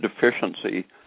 deficiency